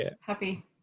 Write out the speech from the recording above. Happy